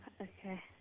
okay